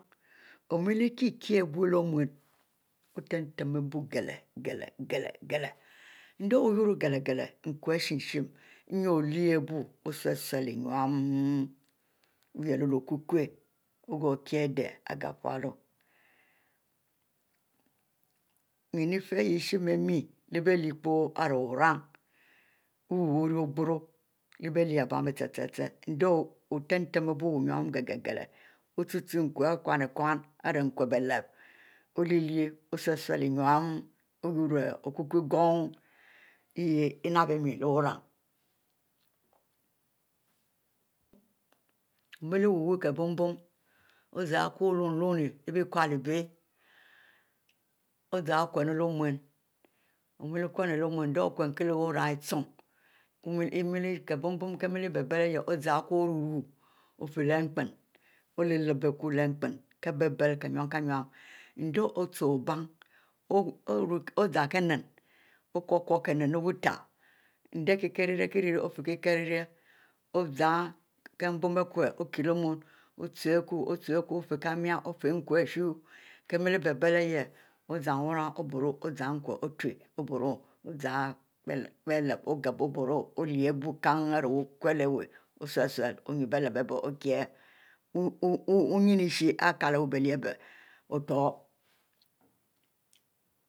Oh miele kie-kie bui leh omun oh tem-tem abiu gle-gle endieh yurro gle-gle nkur-ishn-shn inie olyieh biu osulu inue oyle leh okukwu ogoh kie adeh igofolu nyin ifieh ari ihieh shin mie ari wurin wu ori ogro leh bie mie chie-chie endieh otem tembie nyinu gle-gle o'ute-ute nkuie amu osule nyinu ouru leh okukwu gom yeh napb mie lehwurim, omile wu-wuie kiebonbon, olum-lumie inuie leh bie kule ari bie ozan okum leh omuie, omie kumu ari okuin leh omun endieh okum leh wu-rin ichong kiebonbon kie mele ble-ble oru-rui fiele npne olep-lep akuie lenpne kie bele-bele endrich ute oban ozan kienni okwu-kwu kie nenni leh wutale endeh kiekieh rieria kie rie rie ozan kiebon okie leh omuin kie miele ele ihieh ozan wuran oburo ozan nkwe oburo ozan bielep oboro olyiel kenn ari wukule wui osle-sle ori kie wninw isha ari kie wui bielyieh bie